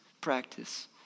practice